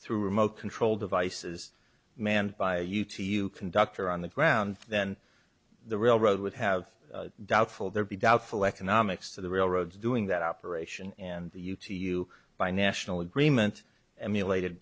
through remote control devices manned by you to you conductor on the ground then the railroad would have doubtful there be doubtful economics to the railroads doing that operation and the you to you by national agreement emulated